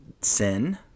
sin